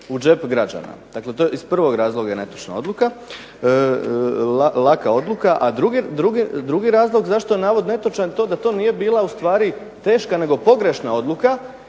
u džep građana. Dakle to je iz prvog razloga netočna odluka, laka odluka. A drugi razlog zašto je navod netočan je to da to nije bila ustvari teška nego pogrešna odluka